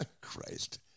Christ